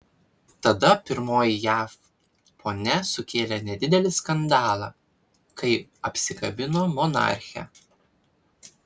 tada pirmoji jav ponia sukėlė nedidelį skandalą kai apsikabino monarchę